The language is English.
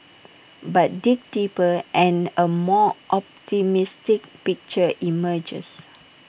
but dig deeper and A more optimistic picture emerges